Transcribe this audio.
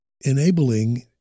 enabling